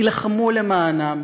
הילחמו למענם,